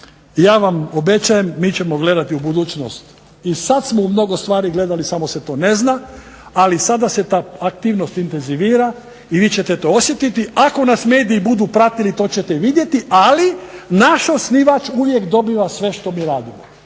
ja vam obećajem, mi ćemo gledati u budućnosti i sad smo u mnogo stvari gledali samo se to ne zna, ali sada se ta aktivnost intenzivira i vi ćete to osjetiti. Ako nas mediji budu pratili to ćete vidjeti, ali naš osnivač uvijek dobiva sve što mi radimo,